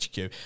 HQ